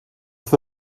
wrth